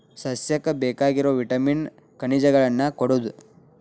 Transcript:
ಸಸ್ಯಕ್ಕ ಬೇಕಾಗಿರು ವಿಟಾಮಿನ್ ಖನಿಜಗಳನ್ನ ಕೊಡುದು